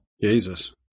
Jesus